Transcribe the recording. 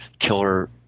killer